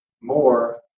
more